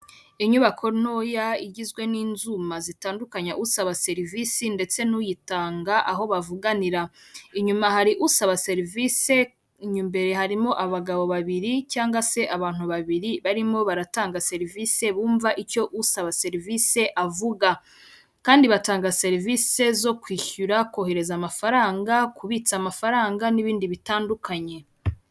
Inyubako ntoya igizwe n'inzuma zitandukanya usaba serivisi ndetse n'uyitanga aho bavuganira, inyuma hari usaba serivise, imbere harimo abagabo babiri cyangwa se abantu babiri barimo baratanga serivise bumva icyo usaba serivise avuga, kandi batanga serivise zo kwishyura, kohereza amafaranga, kubitsa amafaranga n'ibindi bitandukanye.